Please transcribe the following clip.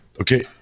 okay